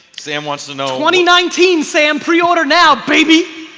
sam wants to know twenty nineteen sam pre-order now baby.